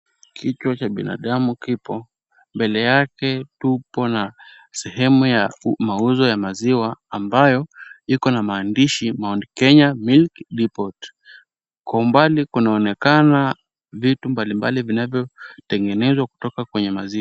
Kichwa cha binadamu kipo. Mbele yake tupo na sehemu ya mauzo ya maziwa ambayo iko na maandishi Mt kenya milk deport . Kwa umbali kunaonekana vitu mbalimbali vinavyotengenezwa kutoka kwenye maziwa.